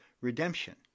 redemption